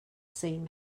same